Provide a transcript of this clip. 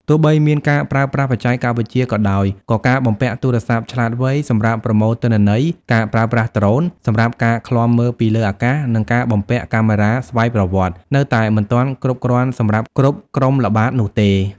ទោះបីមានការប្រើប្រាស់បច្ចេកវិទ្យាក៏ដោយ ក៏ការបំពាក់ ទូរស័ព្ទឆ្លាតវៃ សម្រាប់ប្រមូលទិន្នន័យ ការប្រើប្រាស់ ដ្រូន សម្រាប់ការឃ្លាំមើលពីលើអាកាស និងការបំពាក់ កាមេរ៉ាស្វ័យប្រវត្តិ នៅតែមិនទាន់គ្រប់គ្រាន់សម្រាប់គ្រប់ក្រុមល្បាតនោះទេ។